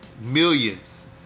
millions